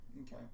okay